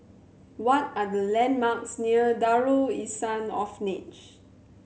what are the landmarks near Darul Ihsan Orphanage